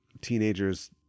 teenagers